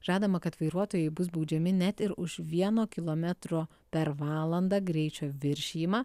žadama kad vairuotojai bus baudžiami net ir už vieno kilometro per valandą greičio viršijimą